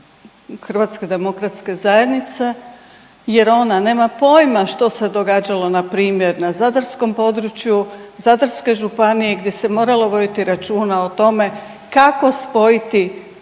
nas sve, članove HDZ-a jer ona nema pojma što se događalo npr., na zadarskom području, Zadarskoj županiji, gdje se moralo voditi računa o tome kako spojiti